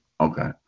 Okay